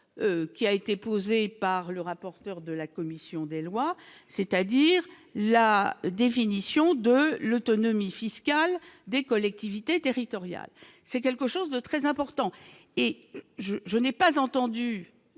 qui a été posée par le rapporteur de la commission des lois, c'est-à-dire la définition de l'autonomie fiscale des collectivités territoriales, c'est quelque chose de très important et je je n'ai pas entendu,